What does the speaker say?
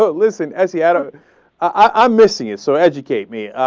but listened as the adam i miss you so educate me